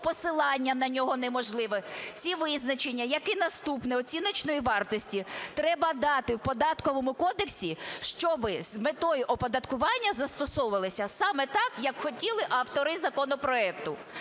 посилання на нього неможливе. Ці визначення, як і наступне "оціночної вартості", треба дати в Податковому кодексі, щоб з метою оподаткування застосовувалися саме так, як хотіли автори законопроекту.